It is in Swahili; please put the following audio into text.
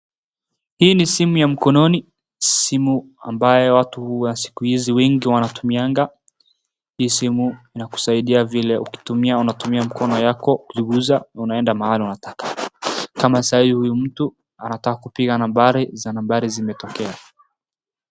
Hii ni simu ya mkononi. Simu ambayo watu huwa siku hizi wengi wanatumiaga. Hii simu inakusaidia vile ukitumia unatumia mkono yako ukiguza unaeda mahali unataka. kama saa hii huyu mtu anataka kupiga nambari za nambari zimetokea.